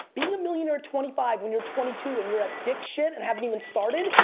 being a millionaire at twenty five when you're twenty two and you're a dick shit and haven't even started.